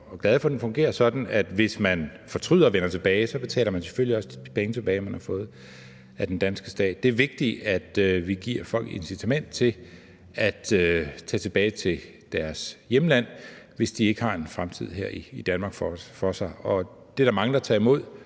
og glade for, den fungerer sådan, at hvis man fortryder og vender tilbage, betaler man selvfølgelig også de penge tilbage, man har fået af den danske stat. Det er vigtigt, at vi giver folk et incitament til at tage tilbage til deres hjemland, hvis de ikke har en fremtid for sig her i Danmark. Det er der mange, der tager imod,